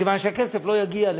מכיוון שהכסף לא יגיע למטרתו,